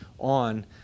on